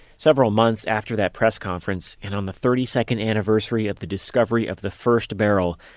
several months after that press conference, and on the thirty second anniversary of the discovery of the first barrel,